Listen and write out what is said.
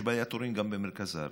יש בעיית תורים גם במרכז הארץ,